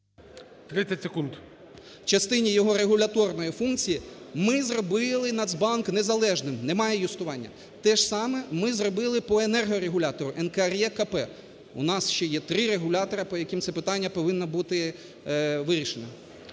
… в частині його регуляторної функції ми зробили Нацбанк незалежним – немає юстування. Теж саме ми зробили по енергорегулятору – НКРЕКП. У нас ще є три регулятора, по яким це питання повинно бути вирішене.